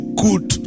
good